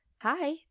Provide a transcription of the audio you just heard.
hi